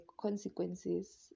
consequences